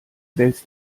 wälzt